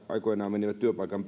aikoinaan menivät työpaikan